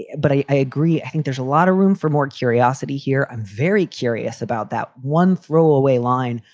yeah but i agree. i think there's a lot of room for more curiosity here. i'm very curious about that one throwaway line.